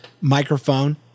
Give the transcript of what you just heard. microphone